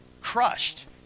crushed